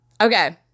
okay